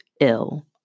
ill